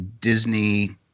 Disney